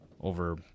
over